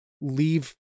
leave